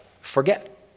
forget